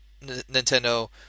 Nintendo